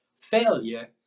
failure